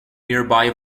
nearby